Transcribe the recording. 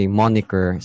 moniker